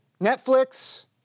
Netflix